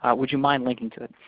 ah would you mind linking to it?